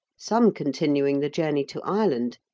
some continuing the journey to ireland,